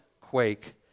quake